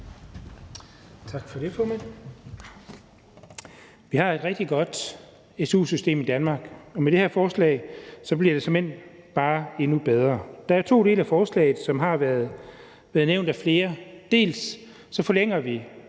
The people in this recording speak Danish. Tak for det, formand. Vi har et rigtig godt su-system i Danmark, og med det her forslag bliver det såmænd bare endnu bedre. Der er to dele af forslaget, som har været nævnt af flere. Dels forlænger vi